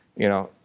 you know,